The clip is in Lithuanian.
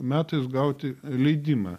metais gauti leidimą